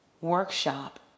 workshop